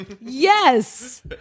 Yes